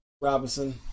robinson